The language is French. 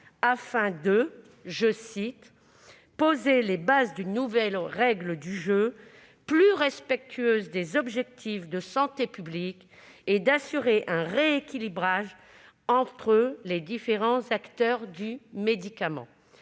afin de « poser les bases d'une nouvelle règle du jeu plus respectueuse des objectifs de santé publique et d'assurer un rééquilibrage entre les différents acteurs du médicament :